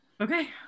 Okay